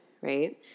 right